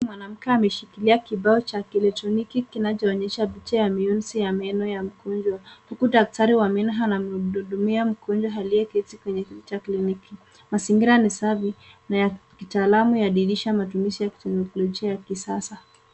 Mwanamke ameshikilia kibao cha kielektroniki kinachoonyesha picha ya miunzi ya meno ya mgonjwa, huku daktari wa meno anamhudumia mgonjwa aliyeketi kwenye kiti cha kliniki. Mazingira ni safi na ya kitaalamu yadhihirisha matumizi ya kiteknolojia ya kisasa.